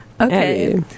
Okay